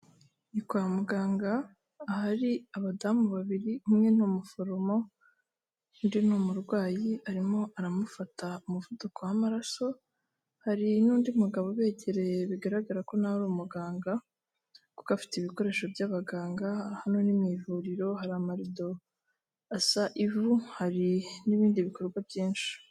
Ni kwa muganga, ahari abadamu babiri, umwe ni umuforomo, undi ni umurwayi, arimo aramufata umuvuduko w'amaraso, hari n'undi mugabo ubegereye bigaragara ko na we ari umuganga, kuko afite ibikoresho by'abaganga, hano ni mu ivuriro hari amarido asa ivu, hari n'ibindi bikorwa byinshi.